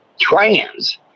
trans